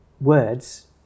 words